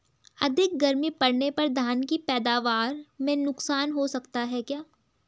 अधिक गर्मी पड़ने पर धान की पैदावार में नुकसान हो सकता है क्या?